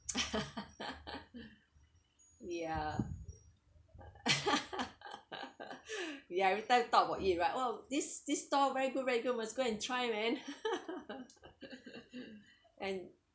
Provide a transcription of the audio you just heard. ya ya everytime talk about eat right !wow! this this stall very good very good must go and try man and